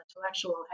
intellectual